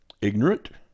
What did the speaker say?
ignorant